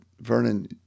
Vernon